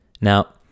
Now